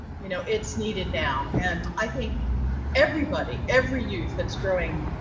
you know it's needed now. and i think everybody, every youth that's growing,